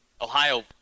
Ohio